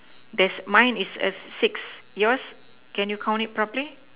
there's mine is err six yours can you count it properly